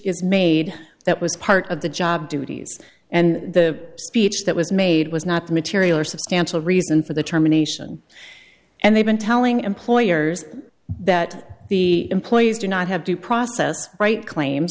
is made that was part of the job duties and the speech that was made was not the material or substantial reason for the terminations and they've been telling employers that the employees do not have due process right claims